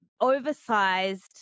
oversized